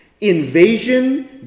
invasion